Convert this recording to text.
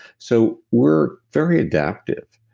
so we're very adaptive.